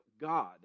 God